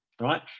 right